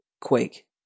Quake